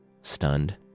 Stunned